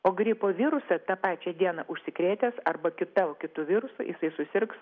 o gripo virusas tą pačią dieną užsikrėtęs arba kita kitu virusu jisai susirgs